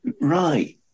right